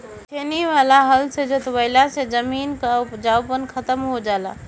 छेनी वाला हल से जोतवईले से जमीन कअ उपजाऊपन खतम हो जाला